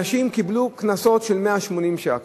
אנשים קיבלו קנסות של 180 ש"ח.